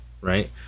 right